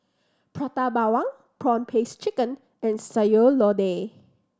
Prata Bawang prawn paste chicken and Sayur Lodeh